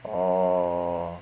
orh